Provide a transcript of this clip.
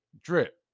drip